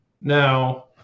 Now